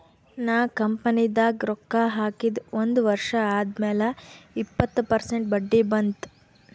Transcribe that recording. ನಾ ಕಂಪನಿದಾಗ್ ರೊಕ್ಕಾ ಹಾಕಿದ ಒಂದ್ ವರ್ಷ ಆದ್ಮ್ಯಾಲ ಇಪ್ಪತ್ತ ಪರ್ಸೆಂಟ್ ಬಡ್ಡಿ ಬಂತ್